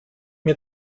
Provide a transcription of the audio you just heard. mir